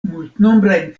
multnombrajn